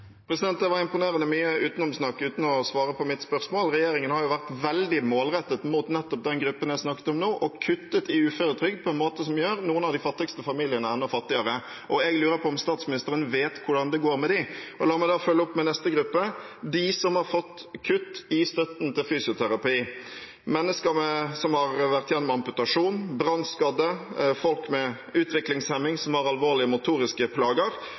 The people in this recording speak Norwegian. var imponerende mye utenomsnakk, uten å svare på mitt spørsmål. Regjeringen har jo vært veldig målrettet mot nettopp den gruppen jeg snakket om nå, og har kuttet i uføretrygd på en måte som gjør noen av de fattigste familiene enda fattigere, og jeg lurer på om statsministeren vet hvordan det går med dem. La meg da følge opp med neste gruppe: de som har fått kutt i støtten til fysioterapi. Dette er mennesker som har vært gjennom amputasjon, brannskadde, folk med utviklingshemning som har alvorlige motoriske plager.